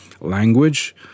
language